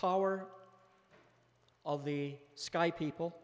power of the sky people